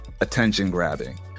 attention-grabbing